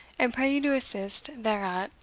and pray you to assist thereat,